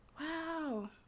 Wow